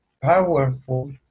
powerful